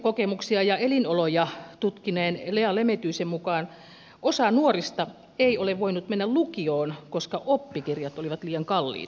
köyhyyskokemuksia ja elinoloja tutkineen lea lemetyisen mukaan osa nuorista ei ole voinut mennä lukioon koska oppikirjat ovat liian kalliita